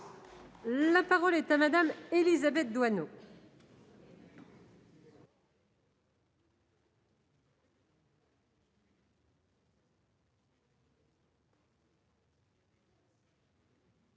La parole est à Mme Élisabeth Doineau.